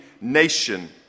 nation